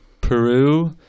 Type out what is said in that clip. Peru